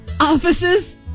office's